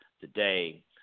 today